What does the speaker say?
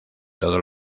todos